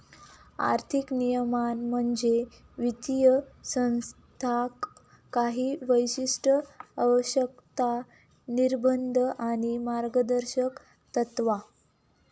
आर्थिक नियमन म्हणजे वित्तीय संस्थांका काही विशिष्ट आवश्यकता, निर्बंध आणि मार्गदर्शक तत्त्वा